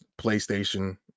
PlayStation